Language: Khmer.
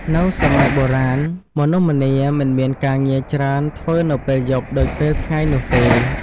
នៅសម័យបុរាណ មនុស្សម្នាមិនមានការងារច្រើនធ្វើនៅពេលយប់ដូចពេលថ្ងៃនោះទេ ។